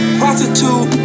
prostitute